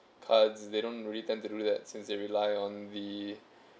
cards they don't really tend to do that since they rely on the